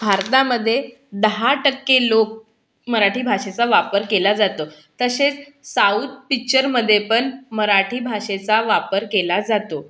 भारतामध्ये दहा टक्के लोक मराठी भाषेचा वापर केला जातो तसेच साऊत पिच्चरमध्ये पण मराठी भाषेचा वापर केला जातो